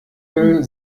will